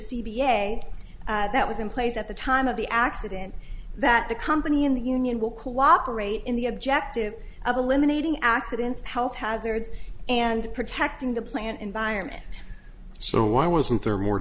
a that was in place at the time of the accident that the company in the union will cooperate in the objective of eliminating accidents health hazards and protecting the plant environment so why wasn't there more